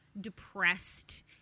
depressed